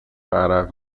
عرق